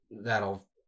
that'll